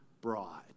bride